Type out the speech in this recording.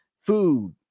food